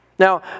Now